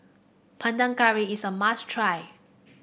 Panang Curry is a must try